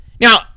Now